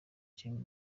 jimmy